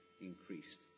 increased